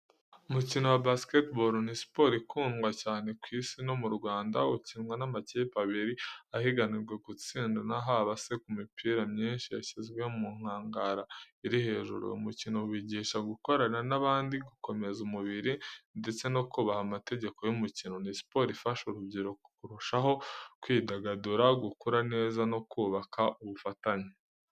Umukino wa basketball ni siporo ikundwa cyane ku Isi no mu Rwanda. Ukinwa n’amakipe abiri ahiganira gutsindana, habe se ku mipira myinshi yashyizwe mu nkangara iri hejuru. Uyu mukino wigisha gukorana n’abandi, gukomeza umubiri, ndetse no kubaha amategeko y’umukino. Ni siporo ifasha urubyiruko kurushaho kwidagadura, gukura neza no kubaka ubufatanye.